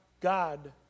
God